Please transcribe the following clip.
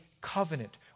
covenant